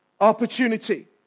opportunity